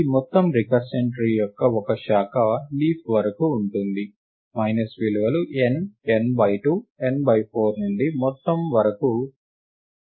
ఈ మొత్తం recursion tree యొక్క ఒక శాఖ లీఫ్ వరకు ఉంటుంది విలువలు n n by 2 n by 4 నుండి మొత్తం వరకు 1 ఉన్నాయని గమనించవచ్చు